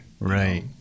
Right